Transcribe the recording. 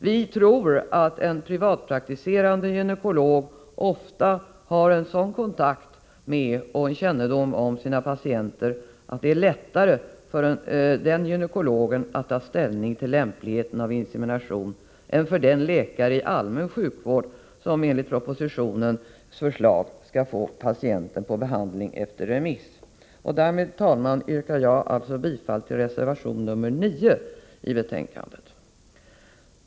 Vi tror att en privatpraktiserande gynekolog ofta har sådan kontakt med och kännedom om sina patienter att det är lättare för den gynekologen att ta ställning till lämpligheten av insemination än för den läkaren i allmän sjukvård som enligt propositionens förslag skall få patienten på behandling efter remiss. Därmed, herr talman, yrkar jag bifall till reservation 9 i betänkandet.